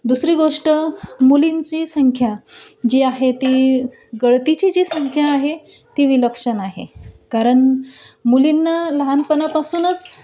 दुसरी गोष्ट मुलींची संख्या जी आहे ती गळतीची जी संख्या आहे ती विलक्षण आहे कारण मुलींना लहानपनापासूनच